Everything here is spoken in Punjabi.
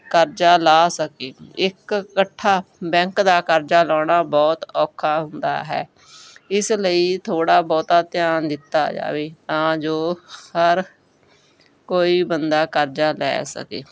ਕਰਜ਼ਾ ਲਾਹ ਸਕੇ ਇਕ ਇਕੱਠਾ ਬੈਂਕ ਦਾ ਕਰਜ਼ਾ ਲਾਉਣਾ ਬਹੁਤ ਔਖਾ ਹੁੰਦਾ ਹੈ ਇਸ ਲਈ ਥੋੜ੍ਹਾ ਬਹੁਤਾ ਧਿਆਨ ਦਿੱਤਾ ਜਾਵੇ ਤਾਂ ਜੋ ਹਰ ਕੋਈ ਬੰਦਾ ਕਰਜ਼ਾ ਲੈ ਸਕੇ